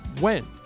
went